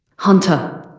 hunter!